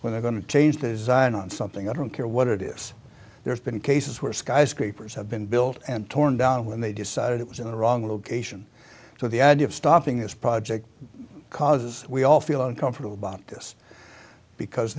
where they're going to change the sign on something i don't care what it is there's been cases where skyscrapers have been built and torn down when they decided it was in the wrong location so the idea of stopping this project causes we all feel uncomfortable about this because